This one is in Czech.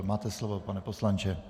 Máte slovo, pane poslanče.